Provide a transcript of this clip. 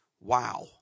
Wow